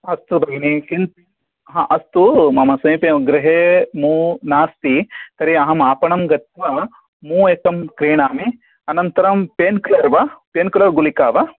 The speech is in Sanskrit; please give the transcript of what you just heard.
अस्तु भगिनी किन्तु अस्तु मम समीपे एवं गृहे मूव् नास्ति तर्हि अहम् आपणं गत्वा मूव् एकं क्रीणामि अनन्तरं पेन्किलर् वा पेन्किलर् गुलिका वा